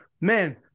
man